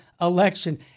election